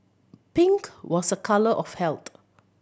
pink was a colour of health